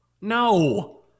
No